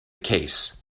case